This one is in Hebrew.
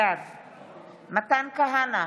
בעד מתן כהנא,